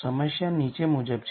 સમસ્યા નીચે મુજબ છે